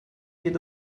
geht